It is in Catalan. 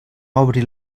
obri